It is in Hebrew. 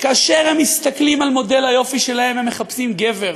כאשר הם מסתכלים על מודל היופי שלהם הם מחפשים גבר,